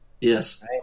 Yes